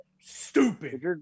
Stupid